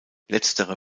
letztere